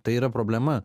tai yra problema